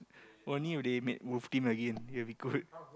only if they made Wolf-Team again it will be good